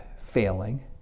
failing